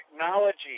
technology